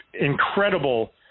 incredible